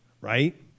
right